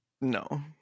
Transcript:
no